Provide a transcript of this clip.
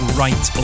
right